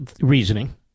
reasoning